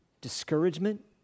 discouragement